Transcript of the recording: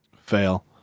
fail